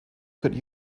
could